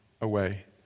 away